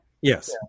Yes